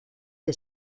que